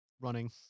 running